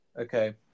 Okay